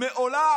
מעולם